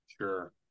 Sure